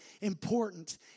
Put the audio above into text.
important